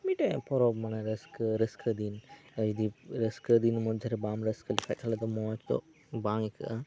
ᱢᱤᱫᱴᱮᱡ ᱯᱚᱨᱚᱵᱽ ᱢᱟᱱᱮ ᱨᱟᱹᱥᱠᱟᱹ ᱨᱟᱹᱥᱠᱟᱹ ᱫᱤᱱ ᱟᱹᱰᱤ ᱨᱟᱹᱥᱠᱟᱹ ᱫᱤᱱ ᱢᱚᱫᱽᱫᱷᱮᱨᱮ ᱵᱟᱢ ᱨᱟᱹᱥᱠᱟᱹ ᱞᱮᱠᱷᱟᱡ ᱫᱚ ᱢᱚᱸᱡᱽ ᱠᱚ ᱵᱟᱝ ᱟᱹᱭᱠᱟᱹᱜᱼᱟ